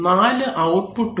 നാലു ഔട്ട്പുട്ട് ഉണ്ട്